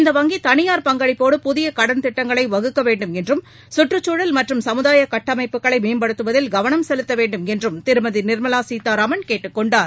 இந்த வங்கி தனியார் பங்களிப்போடு புதிய கடன் திட்டங்களை வகுக்க வேண்டுமென்றும் சுற்றுச்சூழல் மற்றும் சமுதாய கட்டமைப்புகளை மேம்படுத்துவதில் கவனம் செலுத்த வேண்டுமென்றும் திருமதி நிர்மலா சீதாராமன் கேட்டுக் கொண்டார்